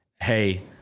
hey